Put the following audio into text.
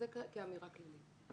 זה כאמירה כללית.